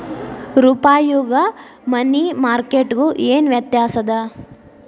ರೂಪಾಯ್ಗು money market ಗು ಏನ್ ವ್ಯತ್ಯಾಸದ